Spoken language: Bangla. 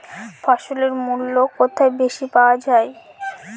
ফসলের মূল্য কোথায় বেশি পাওয়া যায়?